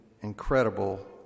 incredible